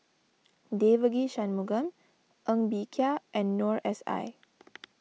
Devagi Sanmugam Ng Bee Kia and Noor S I